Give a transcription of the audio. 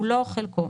כולו או חלקו,